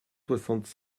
soixante